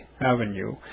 Avenue